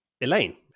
Elaine